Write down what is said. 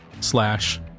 slash